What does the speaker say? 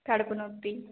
కడుపు నొప్పి